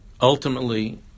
Ultimately